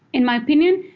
in my opinion,